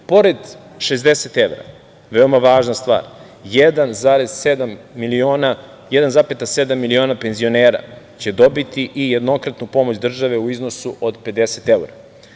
Pored 60 evra, veoma važna stvar, 1,7 miliona penzionera će dobiti i jednokratnu pomoć države u iznosu od 50 evra.